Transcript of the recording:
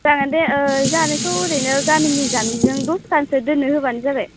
जागोनदे औ जाहानिखौ ओरैनो गामिनि जाबनिजों दसखानसो दोनो होबानो जाबाय